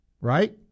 right